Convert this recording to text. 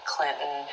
Clinton